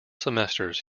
semesters